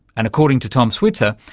and, according to tom switzer,